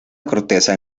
corteza